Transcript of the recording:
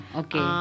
okay